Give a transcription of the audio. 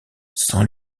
sans